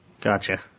Gotcha